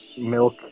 milk